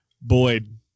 boyd